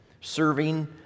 serving